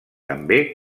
també